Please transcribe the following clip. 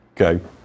Okay